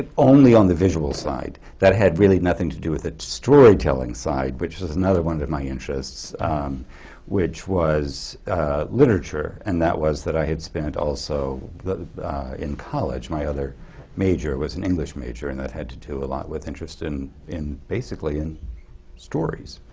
ah only on the visual side. that had really nothing to do with the storytelling side which was another one of my interests which was literature and that was that i had spent also in college, my other major was an english major and that had to do a lot with interest in in basically in stories.